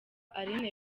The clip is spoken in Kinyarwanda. aline